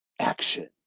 action